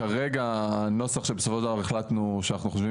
כרגע הנוסח שבסופו של דבר החלטנו שאנחנו חושבים